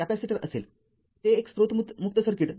ते एक स्त्रोत मुक्त सर्किट आहे